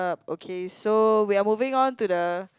okay so we are moving on to the